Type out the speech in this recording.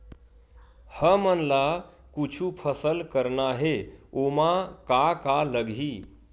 हमन ला कुछु फसल करना हे ओमा का का लगही?